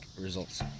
results